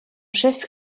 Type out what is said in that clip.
chef